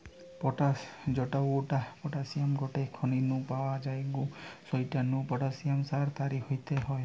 potash জউটা পটাশিয়ামের গটে খনি নু পাওয়া জউগ সউটা নু পটাশিয়াম সার হারি তইরি হয়